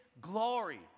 Glory